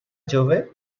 jove